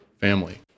family